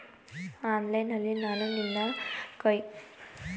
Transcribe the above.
Online ನಲ್ಲಿ ನಾನು ನನ್ನ ಕೆ.ವೈ.ಸಿ ನವೀಕರಣ ಮಾಡುವಾಗ ಡಿಜಿಟಲ್ ಸಹಿ ಸಾಕಾಗುತ್ತದೆಯೇ?